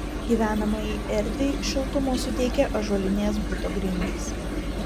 gyvenamajai erdvei šiltumo suteikia ąžuolinės buto grindys